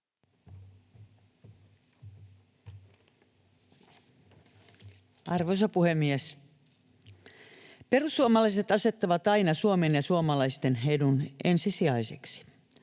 Arvoisa puhemies! Perussuomalaiset asettavat aina Suomen ja suomalaisten edun ensisijaiseksi.